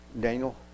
Daniel